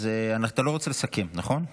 אתה לא רוצה לסכם, נכון?